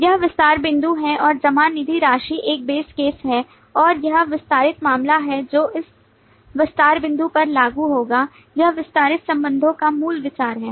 यह विस्तार बिंदु है और जमा निधि राशि एक base केस है और यह विस्तारित मामला है जो इस विस्तार बिंदु पर लागू होगा यह विस्तारित संबंधों का मूल विचार है